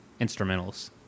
instrumentals